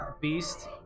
beast